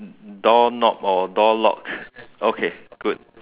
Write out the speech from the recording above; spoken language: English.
door knob or door lock okay good